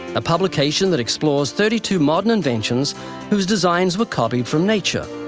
a publication that explores thirty two modern inventions who designs were copied from nature.